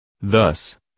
Thus